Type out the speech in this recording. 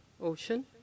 ocean